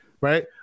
right